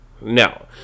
no